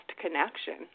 connection